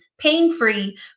pain-free